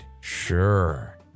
sure